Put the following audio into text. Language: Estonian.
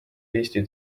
eesti